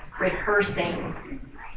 rehearsing